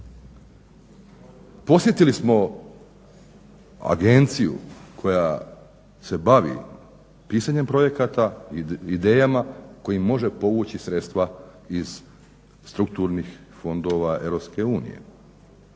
Posjetili smo agenciju koja se bavi pisanjem projekata, idejama kojim može povući sredstva iz strukturnih fondova EU.